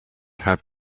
have